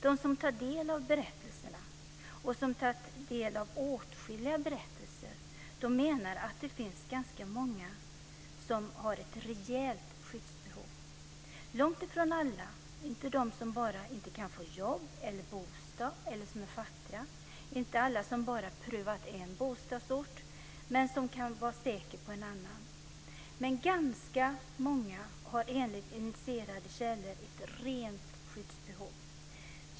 De som tar del av berättelserna och har tagit del av åtskilliga berättelser menar att det finns ganska många som har ett rejält skyddsbehov. Långtifrån alla - inte de som bara inte kan få jobb eller bostad eller som är fattiga, inte alla som bara prövat en bostadsort men kan vara säkra på en annan - men ganska många har, enligt initierade källor, ett rent skyddsbehov.